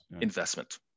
investment